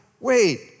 wait